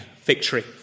victory